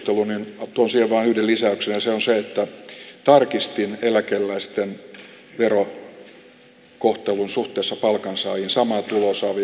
tuon siihen vain yhden lisäyksen ja se on se että tarkistin eläkeläisten verokohtelun suhteessa samaa tuloa saaviin palkansaajiin